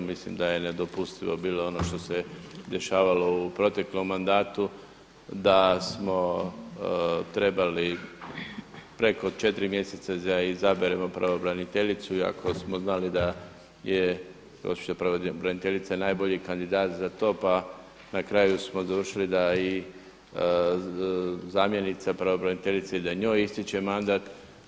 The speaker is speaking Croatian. Mislim da je nedopustivo bilo ono što se dešavalo u proteklom mandatu da smo trebali preko 4 mjeseca da izaberemo pravobraniteljicu iako smo znali da je gospođa pravobraniteljica najbolji kandidat za to pa na kraju smo završili da i zamjenica pravobraniteljice i da i njoj ističe mandat.